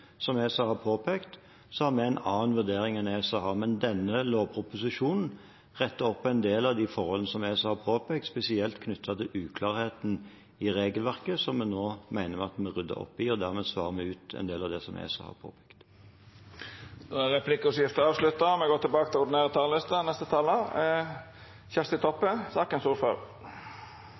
som ESA har påpekt, har vi en annen vurdering enn det ESA har, men denne lovproposisjonen retter opp en del av de forholdene som ESA har påpekt, spesielt knyttet til uklarheten i regelverket, som vi nå mener at vi har ryddet opp i, og dermed svarer vi ut en del av det som ESA har påpekt. Replikkordskiftet er avslutta.